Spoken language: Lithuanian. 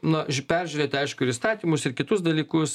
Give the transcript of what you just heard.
na iš peržiūrėti aišku ir įstatymus ir kitus dalykus